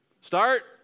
Start